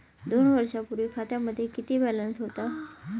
दोन दिवसांपूर्वी खात्यामध्ये किती बॅलन्स होता?